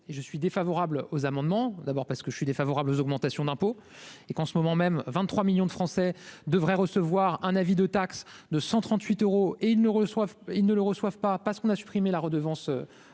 je suis défavorable aux amendements, d'abord parce que je suis défavorable aux augmentations d'impôts et qu'en ce moment même 23 millions de Français devraient recevoir un avis de taxe de 138 euros et ils ne reçoivent, ils ne le reçoivent pas parce qu'on a supprimé la redevance